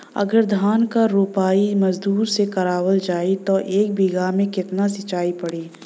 अगर धान क रोपाई मजदूर से करावल जाई त एक बिघा में कितना खर्च पड़ी?